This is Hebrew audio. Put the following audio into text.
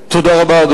תודה רבה.